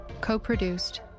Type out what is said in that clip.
Co-produced